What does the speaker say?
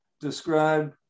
describe